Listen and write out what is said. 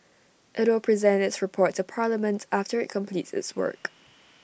IT will present its report to parliament after IT completes its work